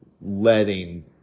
letting